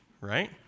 right